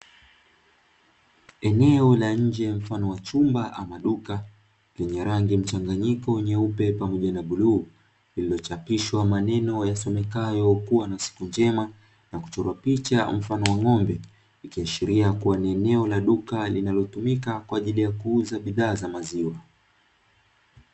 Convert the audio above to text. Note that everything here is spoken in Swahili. Eneo la nje mfano wa chumba ama duka lenye rangi mchanganyiko nyeupe pamoja na blue, lililochapishwa maneno yasomekayo "kuwa na siku njema" na kuchorwa picha mfano wa ng'ombe. likiashiria kuwa ni eneo la duka linalotumika kwa ajili ya kuuza bidhaa za maziwa.